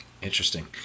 Interesting